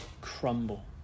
Crumble